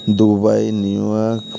Dubai New York